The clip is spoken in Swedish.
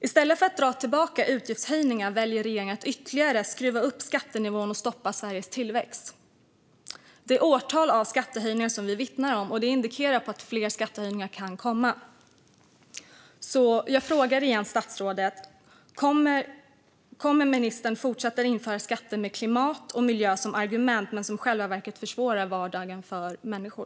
I stället för att dra tillbaka utgiftshöjningar väljer regeringen att ytterligare skruva upp skattenivån och stoppa Sveriges tillväxt. Vi har bevittnat åratal av skattehöjningar, och det indikerar att fler skattehöjningar kan komma. Jag frågar igen: Kommer ministern att med klimat och miljö som argument fortsätta införa skatter som i själva verket försvårar vardagen för människor?